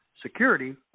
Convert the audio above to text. security